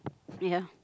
ya